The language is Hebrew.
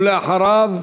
ולאחריו,